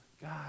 god